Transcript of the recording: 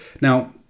Now